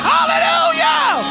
Hallelujah